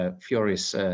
furious